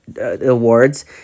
awards